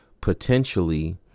potentially